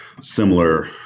similar